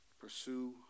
Pursue